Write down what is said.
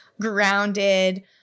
grounded